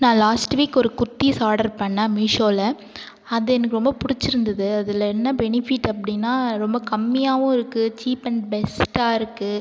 நான் last week ஒரு kurtis order பண்ண மீசோவில அது எனக்கு ரொம்ப பிடிச்சிருந்துது அதில் என்ன பெனிஃபிட் அப்படினா ரொம்ப கம்மியாகவும் இருக்கு சீப் அன்ட் பெஸ்ட்டாக இருக்கு